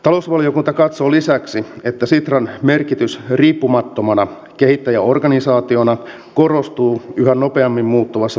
talousvaliokunta katsoo lisäksi että sitran merkitys riippumattomana kehittäjäorganisaationa korostuu yhä nopeammin muuttuvassa toimintaympäristössä